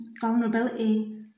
vulnerability